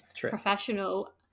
professional